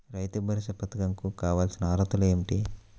రైతు భరోసా పధకం కు కావాల్సిన అర్హతలు ఏమిటి?